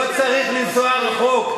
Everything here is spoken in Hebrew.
לא צריך לנסוע רחוק,